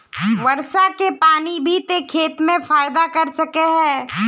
वर्षा के पानी भी ते खेत में फायदा कर सके है?